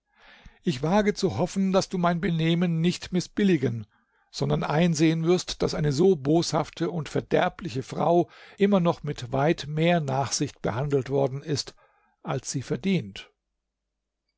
ich wage zu hoffen daß du mein benehmen nicht mißbilligen sondern einsehen wirst daß eine so boshafte und verderbliche frau immer noch mit weit mehr nachsicht behandelt worden ist als sie verdient